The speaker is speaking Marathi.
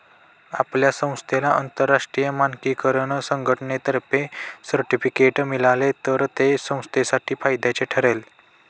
आपल्या संस्थेला आंतरराष्ट्रीय मानकीकरण संघटनेतर्फे सर्टिफिकेट मिळाले तर ते संस्थेसाठी फायद्याचे ठरेल